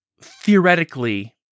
theoretically